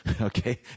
Okay